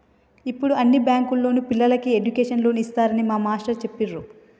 యిప్పుడు అన్ని బ్యేంకుల్లోనూ పిల్లలకి ఎడ్డుకేషన్ లోన్లు ఇత్తన్నారని మా మేష్టారు జెప్పిర్రు